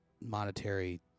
monetary